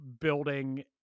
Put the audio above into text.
building